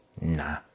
nah